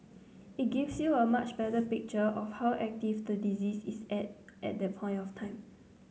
it gives you a much better picture of how active the disease is at at that point of time